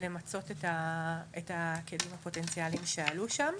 למצות את הכלים הפוטנציאליים שעלו שם.